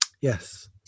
Yes